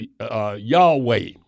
Yahweh